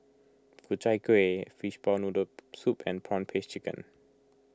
Ku Chai Kueh Fishball Noodle Soup and Prawn Paste Chicken